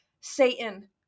Satan